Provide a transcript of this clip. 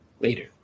later